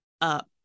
up